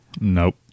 Nope